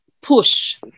push